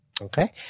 Okay